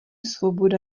svoboda